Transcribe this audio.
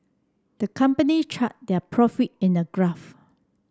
the company charted their profit in a graph